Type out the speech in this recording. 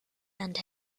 and